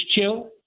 chill